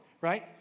right